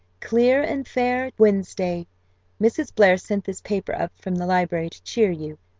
clear and fair wednesday mrs. blair sent this paper up from the library to cheer you.